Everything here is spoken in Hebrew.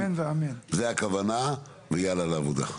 זאת הכוונה, ויאללה לעבודה.